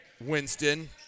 Winston